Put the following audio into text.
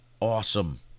Awesome